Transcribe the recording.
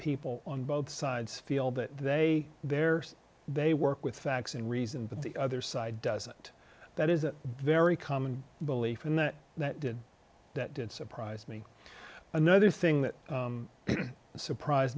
people on both sides feel that they there they work with facts and reason but the other side doesn't that is a very common belief and that did that did surprise me another thing that surprise